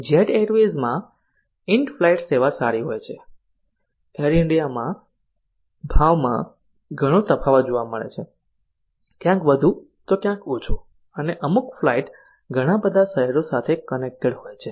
jet Airways માં in flight સેવા સારી હોય છે એર ઇન્ડિયામાં ભાવમાં ઘણો તફાવત જોવા મળે છે ક્યાંક વધુ તોહ ક્યાંક ઓછો અને અમુક ફ્લાઈટ ઘણા બધા શહેરો સાથે કનેક્ટેડ હોય છે